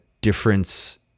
difference